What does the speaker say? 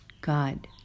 God